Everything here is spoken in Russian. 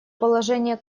положения